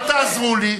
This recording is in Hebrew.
אל תעזרו לי.